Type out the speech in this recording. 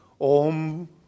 OM